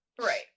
Right